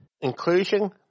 inclusion